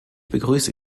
begrüße